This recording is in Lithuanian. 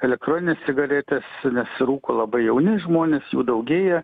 elektronines cigaretes nes rūko labai jauni žmonės jų daugėja